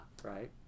Right